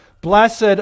Blessed